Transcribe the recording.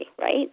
right